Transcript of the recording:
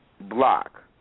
block